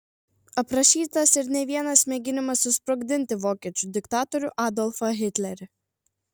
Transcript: aprašytas ir ne vienas mėginimas susprogdinti vokiečių diktatorių adolfą hitlerį